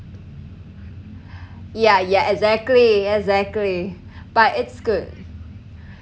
yeah yeah exactly exactly but it's good